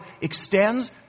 extends